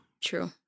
True